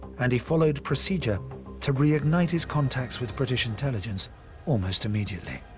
and he followed procedure to reignite his contacts with british intelligence almost immediately.